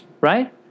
right